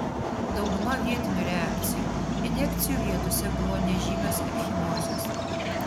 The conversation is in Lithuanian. dauguma vietinių reakcijų injekcijų vietose buvo nežymios ekchimozės